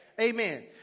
amen